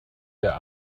der